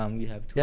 um we have yeah